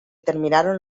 terminaron